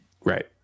right